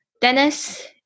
Dennis